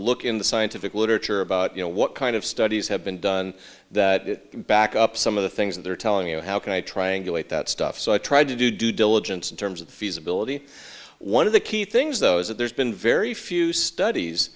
look in the scientific literature about you know what kind of studies have been done that it back up some of the things that they're telling you how can i triangulate that stuff so i tried to do due diligence in terms of the feasibility one of the key things though is that there's been very few studies